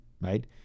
right